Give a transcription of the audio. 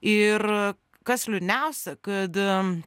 ir kas liūdniausia kad